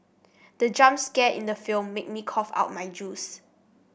the jump scare in the film made me cough out my juice